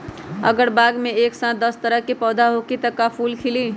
अगर बाग मे एक साथ दस तरह के पौधा होखि त का फुल खिली?